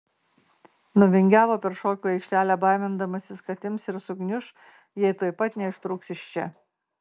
nuvingiavo per šokių aikštelę baimindamasis kad ims ir sugniuš jei tuoj pat neištrūks iš čia